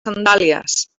sandàlies